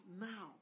now